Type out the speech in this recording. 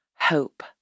hope